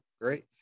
great